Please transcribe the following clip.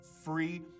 free